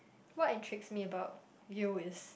what intrigues me about you is